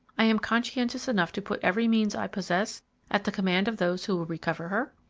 i am conscientious enough to put every means i possess at the command of those who will recover her?